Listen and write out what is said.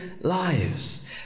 lives